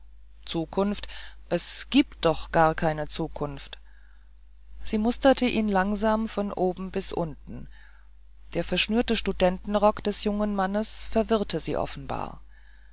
zukunft es gibt doch gar keine zukunft sie musterte ihn langsam von oben bis unten der verschnürte studentenrock des jungen mannes verwirrte sie offenbar